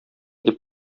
дип